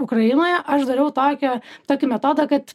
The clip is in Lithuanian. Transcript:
ukrainoje aš dariau tokią tokį metodą kad